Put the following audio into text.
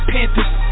Panthers